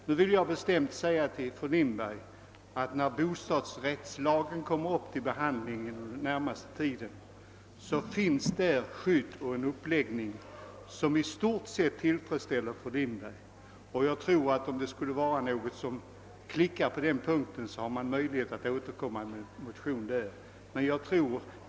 Jag vill emellertid säga till fru Lindberg att i bostadsrättslagen, som kommer upp till behandling inom den närmaste tiden, besittningsskyddet har fått en uppläggning som i stort sett bör tillgodose fru Lindbergs önskemål. Skulle någonting klicka på den punkten, finns det ju möjlighet att då återkomma med en motion.